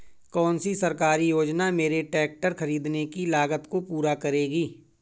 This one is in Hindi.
कौन सी सरकारी योजना मेरे ट्रैक्टर ख़रीदने की लागत को पूरा करेगी?